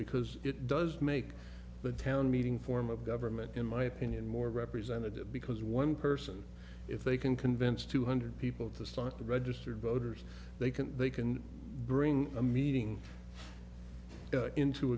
because it does make the town meeting form of government in my opinion more representative because one person if they can convince two hundred people to start the registered voters they can they can bring a meeting into